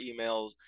emails